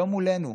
לא מולנו.